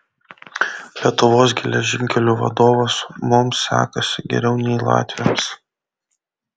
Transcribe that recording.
lietuvos geležinkelių vadovas mums sekasi geriau nei latviams